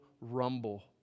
rumble